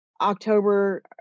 October